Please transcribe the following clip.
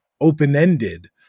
open-ended